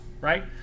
right